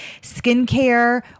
skincare